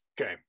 okay